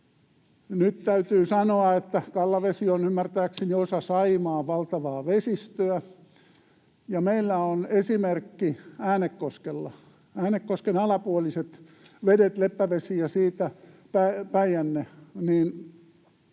Nyt täytyy sanoa, että Kallavesi on ymmärtääkseni osa Saimaan valtavaa vesistöä, ja meillä on esimerkki Äänekoskella. Äänekosken alapuoliset vedet Leppävesi ja siitä Päijänne,